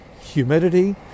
humidity